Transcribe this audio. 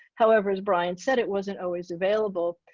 however, as brian said it wasn't always available.